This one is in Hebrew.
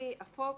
לפי החוק,